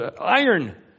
iron